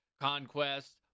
conquest